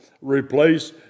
replace